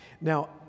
Now